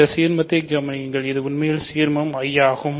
இந்த சீர்மத்தைக் கவனியுங்கள் இது உண்மையில் ஒரு சீர்மம் I அகும்